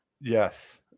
Yes